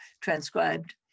transcribed